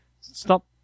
stop